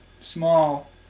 small